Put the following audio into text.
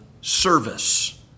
service